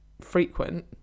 frequent